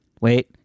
Wait